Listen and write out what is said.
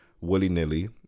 willy-nilly